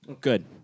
Good